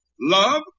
Love